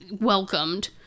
welcomed